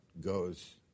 goes